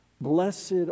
Blessed